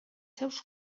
seus